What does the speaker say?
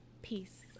Peace